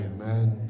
Amen